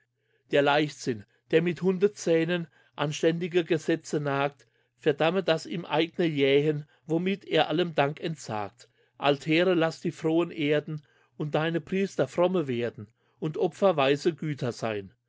der leichtsinn der mit hundezähnen anständige gesetze nagt verdamme das ihm eigne jähnen womit er allem dank entsagt altäre laß die frohen erden und deine priester fromme werden und opfer weise güter sein